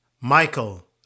Michael